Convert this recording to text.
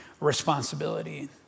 responsibility